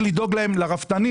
צריך לדאוג לרפתנים.